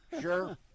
Sure